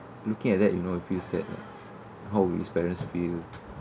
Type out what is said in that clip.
looking at that you know you feel sad lah how would his parents feel